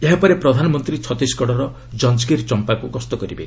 ଏହାପରେ ପ୍ରଧାନମନ୍ତ୍ରୀ ଛତିଶଗଡ଼ର କଞ୍ଜଗିର୍ ଚମ୍ପାକୁ ଗସ୍ତ କରିବେ